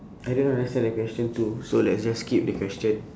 I don't understand the question too so let's just skip the question